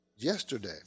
yesterday